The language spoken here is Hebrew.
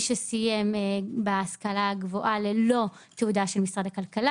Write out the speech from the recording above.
שסיים בהשכלה גבוהה ללא תעודה של משרד הכלכלה.